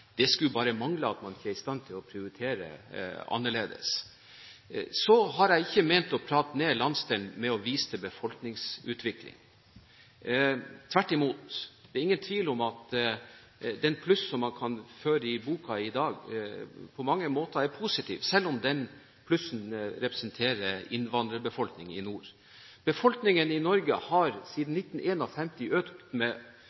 Det skulle bare mangle at man ikke er i stand til å prioritere annerledes. Så har jeg ikke ment å prate ned landsdelen ved å vise til befolkningsutviklingen – tvert imot. Det er ingen tvil om at det plusset man kan føre inn i boken i dag, på mange måter er positivt, selv om det representerer innvandrerbefolkningen i nord. Befolkningen i Norge har økt med